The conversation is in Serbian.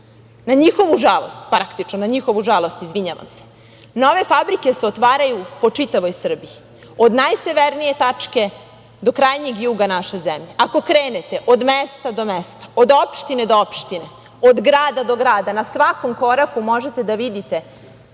na njihovu žalost, praktično na njihovu žalost, izvinjavam se, nove fabrike se otvaraju po čitavoj Srbiji, od najsevernije tačke do krajnjeg juga naše zemlje. Ako krenete od mesta do mesta, od opštine do opštine, od grada do grada, na svakom koraku možete da vidite